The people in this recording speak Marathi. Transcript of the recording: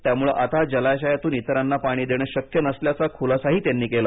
त्यामुळे आता जलाशयातून इतरांना पाणी देणं शक्य नसल्याचा खूलासाही त्यांनी केला